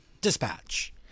Dispatch